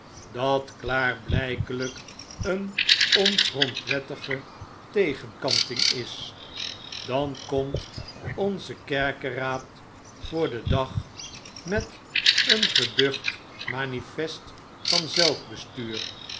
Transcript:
dat klaarbljjkelp een ongrondwettige tegenkanting is dan komt onze kerkeraad voor den dag met een geducht manifest van